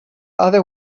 other